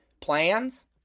plans